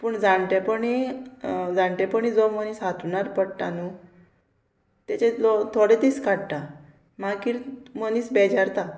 पूण जाणटेपणी जाणटेपणी जो मनीस हांतरुणार पडटा न्हू तेजे थोडे दीस काडटा मागीर मनीस बेजारता